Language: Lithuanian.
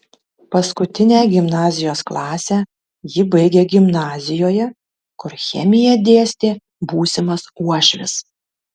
paskutinę gimnazijos klasę ji baigė gimnazijoje kur chemiją dėstė būsimas uošvis